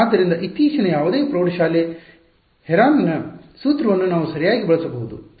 ಆದ್ದರಿಂದ ಇತ್ತೀಚಿನ ಯಾವುದೇ ಪ್ರೌಢಶಾಲೆ ಹೆರಾನ್ನ Heron's ಸೂತ್ರವನ್ನು ನಾವು ಸರಿಯಾಗಿ ಬಳಸಬಹುದು